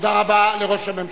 תודה רבה לראש הממשלה.